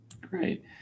Great